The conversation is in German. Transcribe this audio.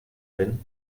bin